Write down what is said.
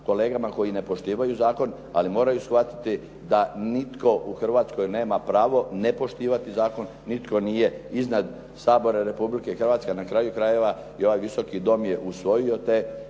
kolegama koji ne poštivaju zakon. Ali moraju shvatiti da nitko u Hrvatskoj nema pravo ne poštivati zakon. Nitko nije iznad Sabora Republike Hrvatske, a na kraju krajeva ovaj Visoki dom je usvojio te